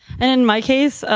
and my case,